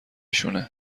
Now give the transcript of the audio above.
شونه